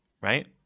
right